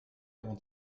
avant